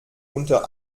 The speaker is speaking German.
unter